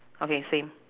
okay same